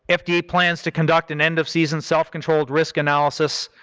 ah fda plans to conduct an end of season self-controlled risk analysis,